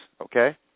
okay